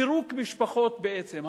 פירוק משפחות בעצם,